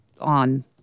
on